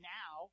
now